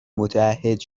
متعهد